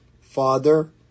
Father